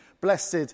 blessed